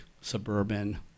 suburban